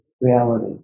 reality